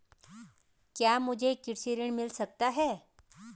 क्या मुझे कृषि ऋण मिल सकता है?